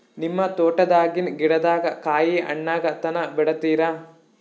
ನಿಮ್ಮ ತೋಟದಾಗಿನ್ ಗಿಡದಾಗ ಕಾಯಿ ಹಣ್ಣಾಗ ತನಾ ಬಿಡತೀರ?